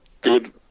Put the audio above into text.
good